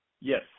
Yes